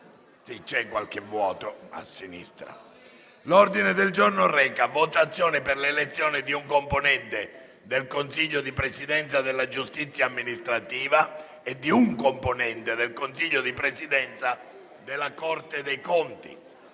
L'ordine del giorno reca: «Votazioni per l'elezione di un componente del consiglio di presidenza della giustizia amministrativa e di un componente del consiglio di presidenza della Corte dei conti».